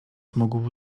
mógł